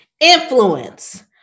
Influence